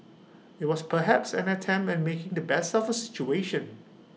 IT was perhaps an attempt at making the best of A situation